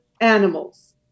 animals